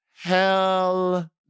Hell